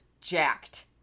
jacked